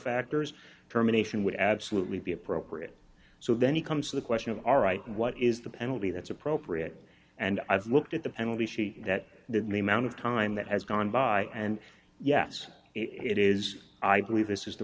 factors terminations would absolutely be appropriate so then he comes to the question of all right what is the penalty that's appropriate and i looked at the penalty sheet that name out of time that has gone by and yes it is i believe this is the